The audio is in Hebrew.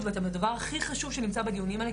ואתם הדבר הכי חשוב שנמצא בדיונים האלה,